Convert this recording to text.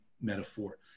metaphor